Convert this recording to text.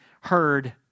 heard